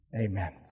Amen